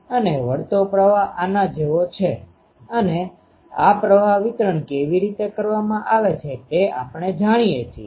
અને વળતો પ્રવાહ આના જેવો છે અને આ પ્રવાહ વિતરણ કેવી રીતે કરવામાં આવે છે તે આપણે જાણીએ છીએ